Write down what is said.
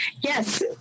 yes